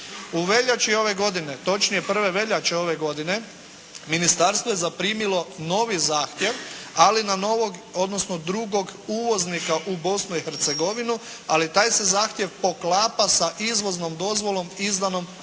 U veljači ove godine, točnije 1. veljače ove godine ministarstvo je zaprimilo novi zahtjev, ali na novog, odnosno drugog uvoznika u Bosnu i Hercegovinu, ali taj se zahtjev poklapa sa izvoznom dozvolom izdanom u